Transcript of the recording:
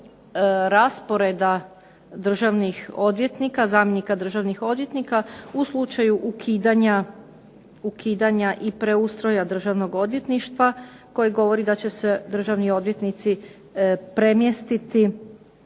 rasporeda državnih odvjetnika, zamjenika državnih odvjetnika, u slučaju ukidanja i preustroja Državnog odvjetništva, koji govori da će se državni odvjetnici premjestiti